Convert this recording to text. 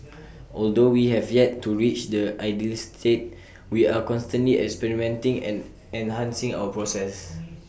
although we have yet to reach the ideal state we are constantly experimenting and enhancing our processes